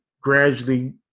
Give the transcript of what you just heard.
gradually